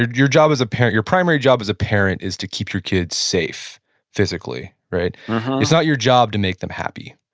your job as a parent, your primary job as a parent is to keep your kids safe physically. right? uh-huh it's not your job to make them happy.